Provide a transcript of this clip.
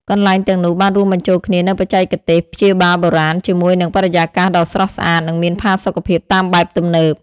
កន្លែងទាំងនោះបានរួមបញ្ចូលគ្នានូវបច្ចេកទេសព្យាបាលបុរាណជាមួយនឹងបរិយាកាសដ៏ស្រស់ស្អាត និងមានផាសុកភាពតាមបែបទំនើប។